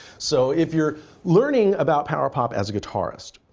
so if you're learning about power pop as a guitarist,